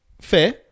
Fair